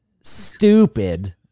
stupid